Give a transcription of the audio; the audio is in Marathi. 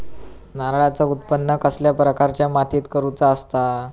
नारळाचा उत्त्पन कसल्या प्रकारच्या मातीत करूचा असता?